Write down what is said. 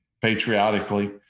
patriotically